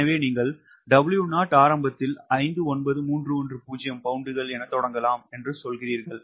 எனவே நீங்கள் W0 ஆரம்பத்தில் 59310 பவுண்டுகள் எனத் தொடங்கலாம் என்று சொல்கிறீர்கள்